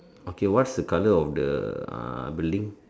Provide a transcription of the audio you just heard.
okay what's the colour of the ah building